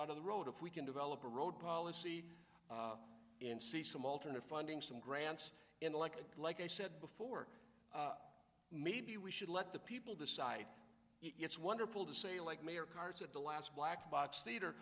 out of the road if we can develop a road policy in see some alternate funding some grants in like like i said before maybe we should let the people decide it's wonderful to say like mayor carts at the last black box theater